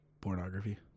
pornography